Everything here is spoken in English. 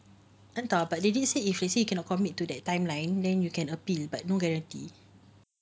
entah but they did say if he cannot commit to that timeline then you can appeal but no guarantee